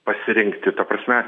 pasirinkti ta prasme